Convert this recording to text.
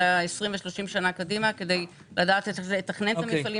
אלא 30-20 שנה קדימה כדי לדעת לתכנן את המפעלים